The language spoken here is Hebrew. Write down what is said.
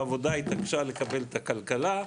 העבודה התעקשה לקבל את הכלכלה,